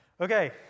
Okay